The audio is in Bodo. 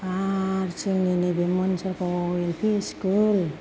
आरो जोंनि नैबे मोनजागाव आव एलफि स्कुल